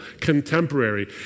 contemporary